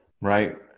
right